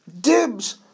dibs